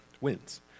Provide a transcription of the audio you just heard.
wins